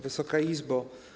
Wysoka Izbo!